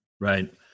Right